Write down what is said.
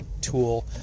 tool